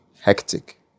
hectic